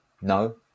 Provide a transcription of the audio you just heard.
no